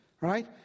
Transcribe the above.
right